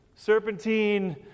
Serpentine